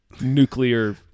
nuclear